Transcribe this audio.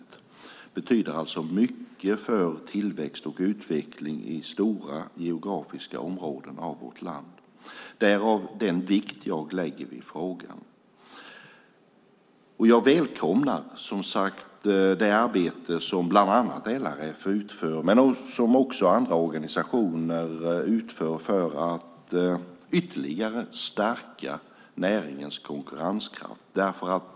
Det betyder alltså mycket för tillväxt och utveckling i stora geografiska områden av vårt land - därav den vikt jag lägger vid frågan. Jag välkomnar det arbete som bland annat LRF och andra organisationer utför för att ytterligare stärka näringens konkurrenskraft.